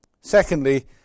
Secondly